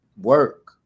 work